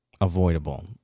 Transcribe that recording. avoidable